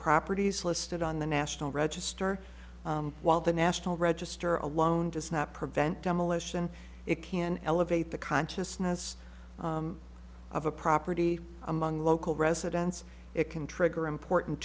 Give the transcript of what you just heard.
properties listed on the national register while the national register alone does not prevent demolition it can elevate the consciousness of a property among local residents it can trigger important